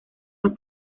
los